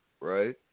Right